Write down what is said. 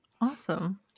Awesome